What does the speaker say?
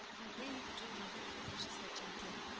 i really do love it, she said gently.